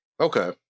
Okay